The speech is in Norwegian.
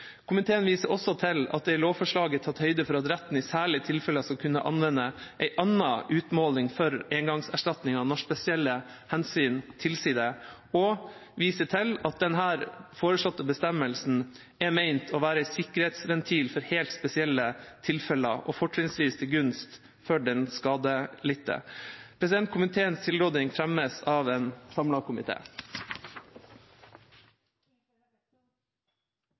Komiteen viser også til at det i lovforslaget er tatt høyde for at retten i særlige tilfeller skal kunne anvende en annen utmåling for engangserstatningen når spesielle hensyn tilsier det, og viser til at denne foreslåtte bestemmelsen er ment å være en sikkerhetsventil for helt spesielle tilfeller og fortrinnsvis til gunst for den skadelidte. Komiteens tilråding fremmes av en